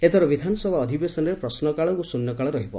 ଏଥର ବିଧାନସଭା ଅଧିବେଶନରେ ପ୍ରଶ୍ନକାଳ ଓ ଶ୍ନ୍ୟକାଳ ରହିବ